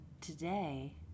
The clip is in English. today